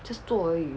just 做而已